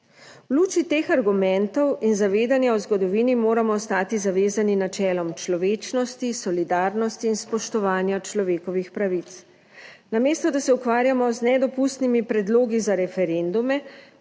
V luči teh argumentov in zavedanja o zgodovini moramo ostati zavezani načelom človečnosti, solidarnosti in spoštovanja človekovih pravic. Namesto, da se ukvarjamo z nedopustnimi predlogi za referendume,